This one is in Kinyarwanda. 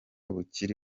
bukiri